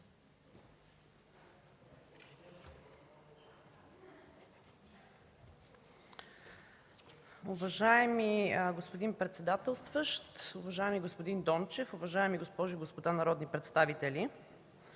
Уважаеми господин председателстващ, уважаеми господин Дончев, уважаеми госпожи и господа народни представители!